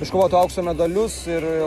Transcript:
iškovotų aukso medalius ir